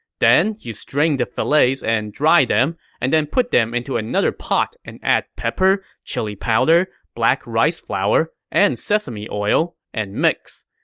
then you strain the fillets and dry them, and then put them into another pot and add pepper, chili powder, black rice flour, and sesame oil and mix.